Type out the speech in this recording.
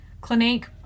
Clinique